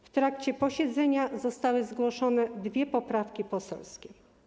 W trakcie posiedzenia zostały zgłoszone dwie poprawki poselskie.